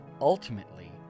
ultimately